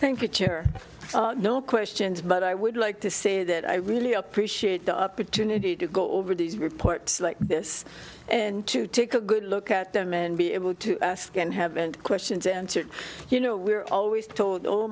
to your no questions but i would like to say that i really appreciate the opportunity to go over these reports like this and to take a good look at them and be able to ask and haven't questions answered you know we're always t